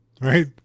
Right